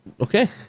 okay